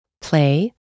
Play